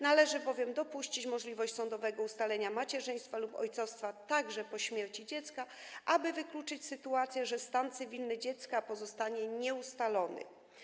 Należy dopuścić możliwość sądowego ustalenia macierzyństwa lub ojcostwa także po śmierci dziecka, aby wykluczyć sytuację, że stan cywilny dziecka pozostanie nieustalony.